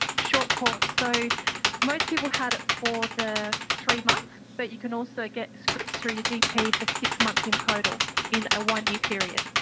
short course. so most people had it for the three months, but you can also get scripts through your gp for six months in total in a one-year period.